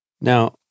Now